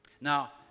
Now